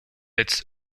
its